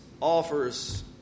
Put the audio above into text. offers